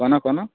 କନ କନ